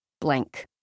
Blank